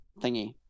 thingy